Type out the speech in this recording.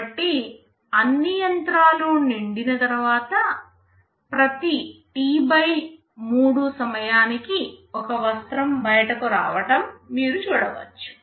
కాబట్టి అన్ని యంత్రాలు నిండిన తర్వాత ప్రతి T 3 సమయానికి ఒక వస్త్రం బయటకు రావటం మీరు చూడవచ్చు